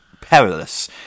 perilous